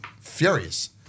Furious